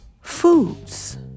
foods